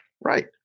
Right